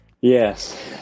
Yes